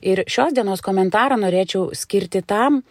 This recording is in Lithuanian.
ir šios dienos komentarą norėčiau skirti tam